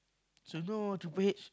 so you know Triple-H